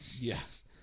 Yes